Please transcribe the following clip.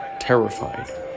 terrified